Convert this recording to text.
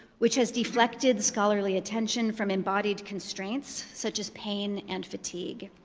which has deflected scholarly attention from embodied constraints, such as pain and fatigue.